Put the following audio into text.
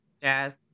jazz